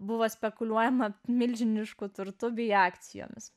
buvo spekuliuojama milžinišku turtu bei akcijomis